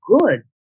good